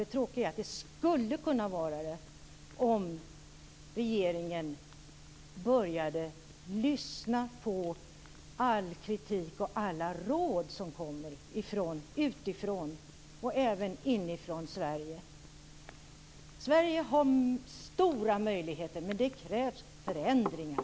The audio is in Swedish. Det tråkiga är att det skulle kunna vara det om regeringen började lyssna på all kritik och alla råd som kommer utifrån och även inifrån Sverige. Sverige har stora möjligheter, men det krävs förändringar.